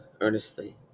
earnestly